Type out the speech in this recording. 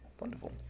Wonderful